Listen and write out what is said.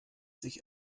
sich